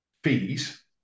fees